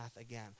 again